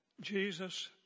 Jesus